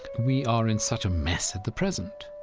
we are in such a mess at the present?